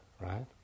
right